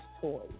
toys